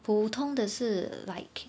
普通的是 like